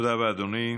תודה רבה, אדוני.